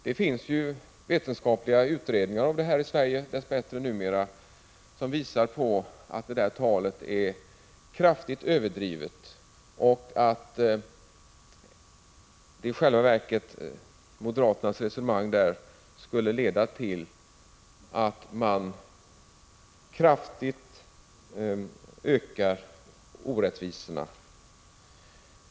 Det finns dess bättre numera vetenskapliga utredningar om detta i Sverige, som visar att det talet är kraftigt överdrivet och att moderaternas resonemang i själva verket skulle leda till att man väsentligt ökar orättvisorna.